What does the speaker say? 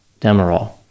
Demerol